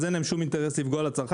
אז אין להם שום אינטרס לפגוע בצרכן,